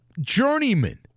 journeyman